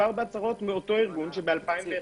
מדובר בהצהרות מאותו הארגון שב-2011